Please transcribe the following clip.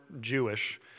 Jewish